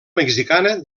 mexicana